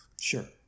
Sure